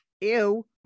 Ew